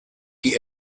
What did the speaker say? die